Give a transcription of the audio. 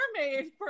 Mermaid